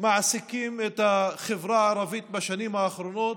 שמעסיקים את החברה הערבית בשנים האחרונות,